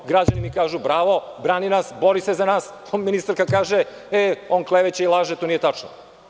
Građani mi kažu – bravo, brani nas, bori se za nas, a ministarka kaže – on kleveće i laže, to nije tačno.